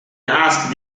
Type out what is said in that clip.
asked